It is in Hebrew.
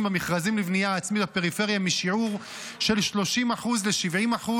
במכרזים לבנייה עצמית בפריפריה משיעור של 30% ל-70%,